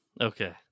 Okay